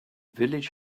village